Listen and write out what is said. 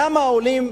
למה עולים,